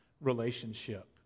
relationship